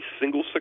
single